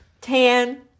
tan